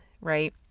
right